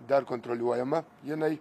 dar kontroliuojama jinai